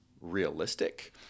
realistic